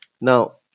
Now